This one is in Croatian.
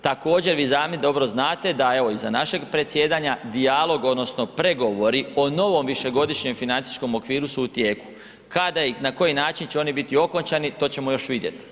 Također vi dobro znate da iza našeg predsjedanja dijalog odnosno pregovori o novom višegodišnjem financijskom okviru su u tijeku, kada i na koji način će oni biti okončani to ćemo još vidjeti.